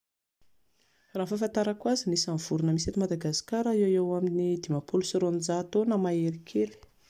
Raha ny fahafantarako azy ny vorona misy eto Madagasikara eo ho eo amin'ny dimampolo sy roanjato eo na mahery kely